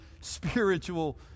spiritual